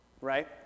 right